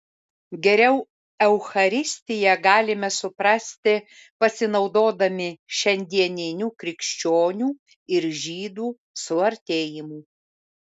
geriau eucharistiją galime suprasti pasinaudodami šiandieniniu krikščionių ir žydų suartėjimu